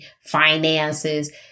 finances